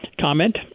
comment